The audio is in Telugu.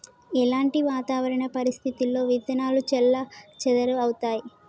ఎలాంటి వాతావరణ పరిస్థితుల్లో విత్తనాలు చెల్లాచెదరవుతయీ?